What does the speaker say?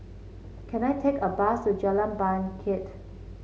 can I take a bus to Jalan Bangket